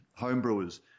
homebrewers